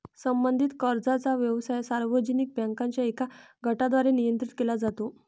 संबंधित कर्जाचा व्यवसाय सार्वजनिक बँकांच्या एका गटाद्वारे नियंत्रित केला जातो